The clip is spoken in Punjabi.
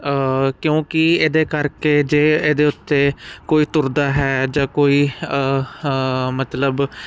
ਕਿਉਂਕਿ ਇਹਦੇ ਕਰਕੇ ਜੇ ਇਹਦੇ ਉੱਤੇ ਕੋਈ ਤੁਰਦਾ ਹੈ ਜਾਂ ਕੋਈ ਮਤਲਬ